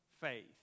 faith